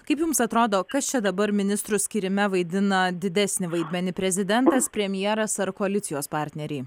kaip jums atrodo kas čia dabar ministrų skyrime vaidina didesnį vaidmenį prezidentas premjeras ar koalicijos partneriai